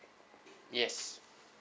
yes